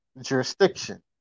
jurisdiction